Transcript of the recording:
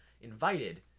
invited